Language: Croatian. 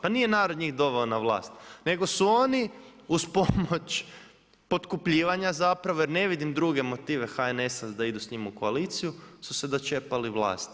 Pa nije narod njih doveo na vlast nego su oni uz pomoć potkupljivanja zapravo jer ne vidim druge motive HNS-a da ide s njima u koaliciju su se dočepali vlasti.